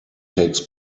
takes